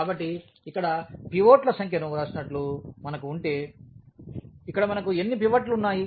కాబట్టి ఇక్కడ పివోట్ల సంఖ్యను వ్రాసినట్లు మనకు ఉంటే ఇక్కడ మనకు ఎన్ని పివట్లు ఉన్నాయి